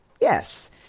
Yes